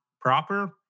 proper